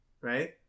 Right